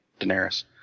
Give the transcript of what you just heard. Daenerys